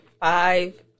five